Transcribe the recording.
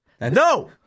No